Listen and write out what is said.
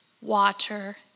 water